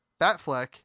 Batfleck